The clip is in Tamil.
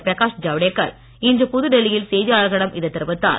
பிரகாஷ் ஜவ்டேக்கர் இன்று புதுடெல்லியில் செய்தியாளர்களிடம் இதை தெரிவித்தார்